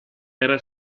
era